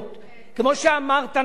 בבוקר יירשם במקום אחד,